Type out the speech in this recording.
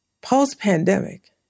post-pandemic